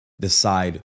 decide